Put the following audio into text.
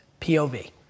POV